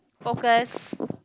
focus